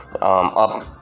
up